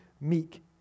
meek